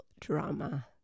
drama